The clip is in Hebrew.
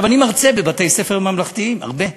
אני מרצה בבתי-ספר ממלכתיים, הרבה.